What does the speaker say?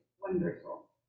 wonderful